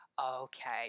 Okay